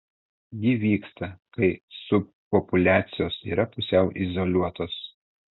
ji vyksta kai subpopuliacijos yra pusiau izoliuotos